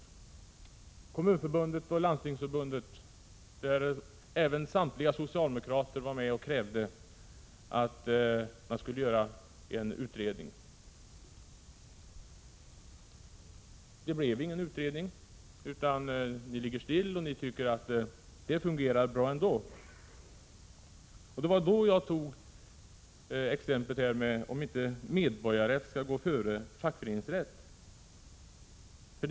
I Kommunförbundet och Landstingsförbundet var samtliga socialdemokrater med om att kräva att en utredning skulle göras. Men det blev ingen utredning. Ni ligger still och tycker att det fungerar bra ändå. Det var därför jag tog upp frågan om medborgarrätten skulle gå före fackföreningsrätten.